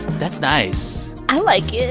that's nice i like yeah